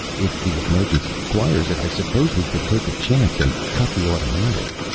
if the emergency requires it, i suppose we could take a chance and cut the automatic.